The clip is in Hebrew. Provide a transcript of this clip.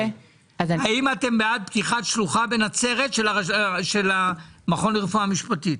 האם אתם בעד פתיחת שלוחה בנצרת של המכון לרפואה משפטית?